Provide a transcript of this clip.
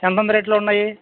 ఎంతంత రేట్లో ఉన్నాయి